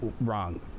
wrong